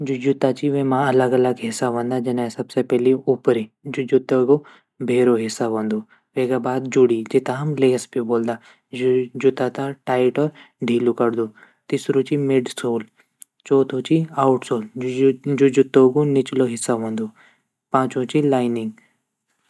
जू जूता ची वेमा अलग अलग हिस्सा वंदा जने सबसे पैली ऊपरी जू जुतूँ ग बेहरो हिस्सा वंदु वेगा बाद जुड़ी जेता हम लेस भी ब्वोल्दा जू जूता त टाइट और ढीलू करदू तीसरू ची मिडसोल चौथू ची आउटसोल जू जूतो ग निचलू हिस्सा वंदु पाँचवु ची लाइनिंग।